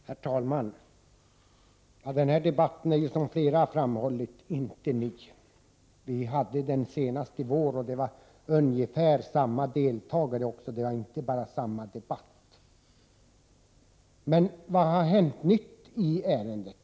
Herr talman! Den här debatten är, som flera har framhållit, inte ny. Vi hade den senast i våras, och det var också ungefär samma deltagare. Men vad nytt har hänt i ärendet?